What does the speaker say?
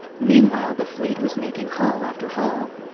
meanwhile the fleet was making haul after haul.